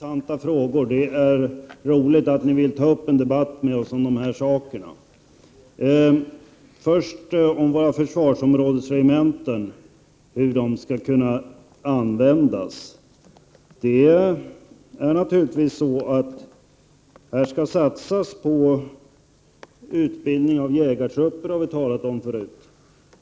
Fru talman! Det var intressanta frågor, Arne Andersson i Ljung. Det är roligt att ni vill ta upp en debatt med oss om de här sakerna. Vi har förut talat om att det skall satsas på utbildning av jägartrupper.